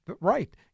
right